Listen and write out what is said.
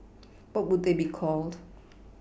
what would they be called